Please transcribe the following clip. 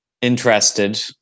interested